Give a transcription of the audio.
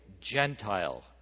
Gentile